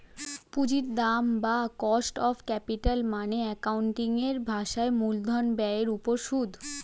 পুঁজির দাম বা কস্ট অফ ক্যাপিটাল মানে অ্যাকাউন্টিং এর ভাষায় মূলধন ব্যয়ের উপর সুদ